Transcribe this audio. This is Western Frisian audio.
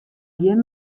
gjin